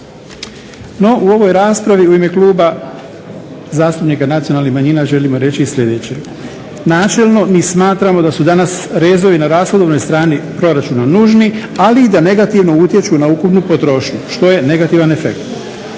No u ovoj raspravi u ime Kluba zasutpnika nacionalnih manjina želimo reći sljedeće. Načelno mi smatramo da su danas rezovi na rashodnoj strani proračuna nužni ali i da negativno utječu na ukupnu potrošnju što je negativan efekt.